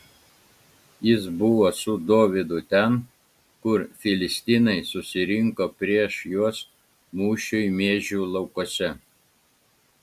jis buvo su dovydu ten kur filistinai susirinko prieš juos mūšiui miežių laukuose